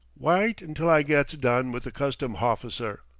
wyte until i gets done with the custom hofficer.